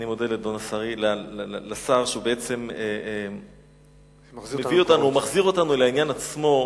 אני מודה לשר שהוא בעצם מחזיר אותנו לעניין עצמו.